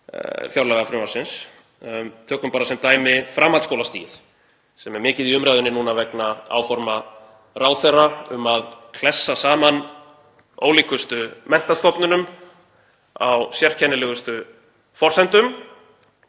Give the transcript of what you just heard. fjárlagafrumvarpsins. Tökum bara sem dæmi framhaldsskólastigið sem er mikið í umræðunni núna vegna áforma ráðherra um að klessa saman ólíkustu menntastofnunum á sérkennilegustu forsendum.